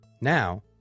Now